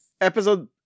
Episode